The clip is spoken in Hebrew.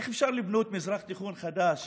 איך אפשר לבנות מזרח תיכון חדש